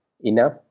enough